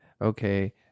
okay